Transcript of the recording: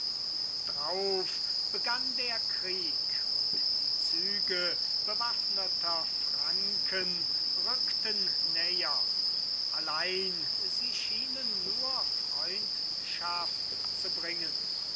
drauf begann der krieg und die züge bewaffneter franken rückten näher allein sie schienen nur freundschaft zu bringen